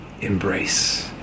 embrace